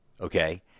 Okay